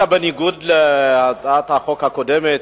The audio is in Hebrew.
בניגוד להצעת החוק הקודמת,